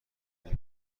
این